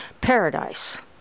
paradise